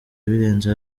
birenze